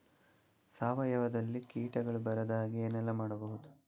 ಸಾವಯವದಲ್ಲಿ ಕೀಟಗಳು ಬರದ ಹಾಗೆ ಏನೆಲ್ಲ ಮಾಡಬಹುದು?